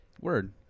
Word